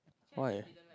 why